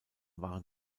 waren